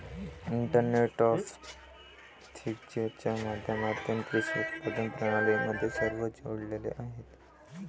internet of थिंग्जच्या माध्यमातून कृषी उत्पादन प्रणाली मध्ये सर्व जोडलेले आहेत